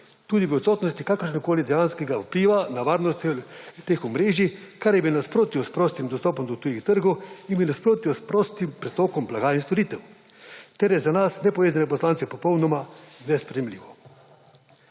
tudi v odsotnosti kakršnegakoli dejanskega vpliva na varnost teh omrežij, kar je v nasprotju s prostim dostopom do tujih trgov in v nasprotju s prostim pretokom blaga in storitev ter je za nas, nepovezane poslance, popolnoma nesprejemljivo.